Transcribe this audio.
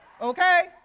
Okay